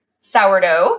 sourdough